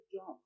job